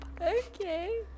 Okay